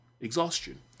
exhaustion